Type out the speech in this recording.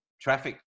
traffic